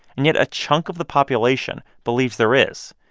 and yet a chunk of the population believes there is.